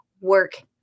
work